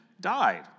died